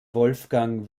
wolfgang